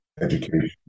education